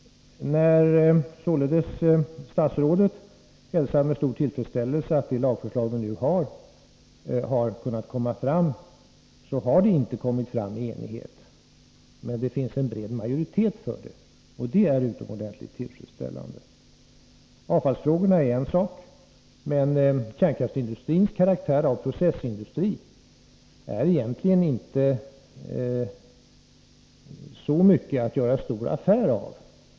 När således statsrådet med stor tillfredsställelse hälsar att detta lagförslag har kunnat komma fram, så vill jag framhålla att det inte skett i enighet. Men det finns en bred majoritet för det, och detta är utomordentligt tillfredsställande. Avfallsfrågorna är en sak, men kärnkraftsindustrins karaktär av processindustri är egentligen inte något att göra en stor affär av.